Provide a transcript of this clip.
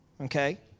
Okay